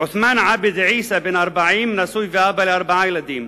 עותמאן עבד עיסא, בן 40, נשוי ואבא לארבעה ילדים,